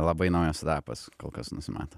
labai naujas etapas kol kas nusimato